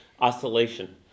oscillation